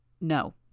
No